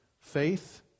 Faith